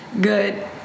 good